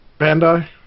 Bandai